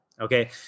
Okay